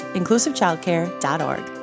inclusivechildcare.org